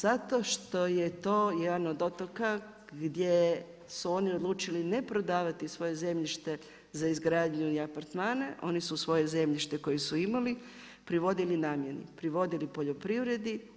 Zato što je to jedan od otoka gdje su oni odlučili ne prodavati svoje zemljište za izgradnju apartmana, oni su svoje zemljište koje su imali privodili namjeni, privodili poljoprivredi.